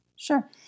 Sure